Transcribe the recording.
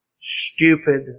stupid